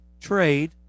trade